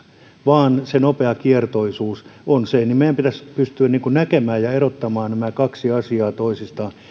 vaan se nopeakiertoisuus on se tavoite meidän pitäisi pystyä näkemään ja erottamaan nämä kaksi asiaa toisistaan